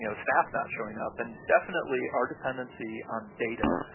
you know staff not showing up, and definitely our dependency on data.